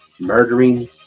murdering